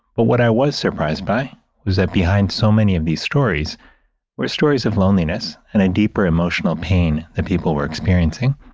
but what i was surprised by was that behind so many of these stories were stories of loneliness and a deeper emotional pain that people were experiencing.